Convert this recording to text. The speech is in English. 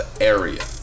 area